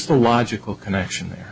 the logical connection there